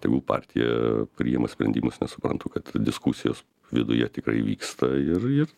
tegul partija priima sprendimus nes suprantu kad diskusijos viduje tikrai vyksta ir ir